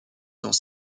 dans